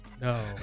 No